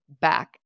back